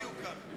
בדיוק כך.